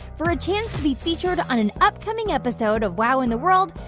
for a chance to be featured on an upcoming episode of wow in the world,